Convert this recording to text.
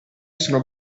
sono